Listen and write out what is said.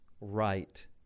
right